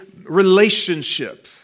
relationship